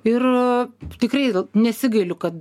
ir tikrai nesigailiu kad